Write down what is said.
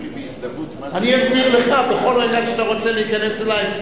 אני אסביר לך בכל רגע שאתה רוצה להיכנס אלי.